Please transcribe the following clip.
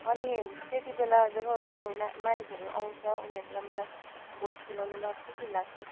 अनि त्यति बेला जब त्यो ना मानिसहरू आउँछन् उनीहरूलाई मलाई भोज ख्वाउनुमा खुसी लाग्छ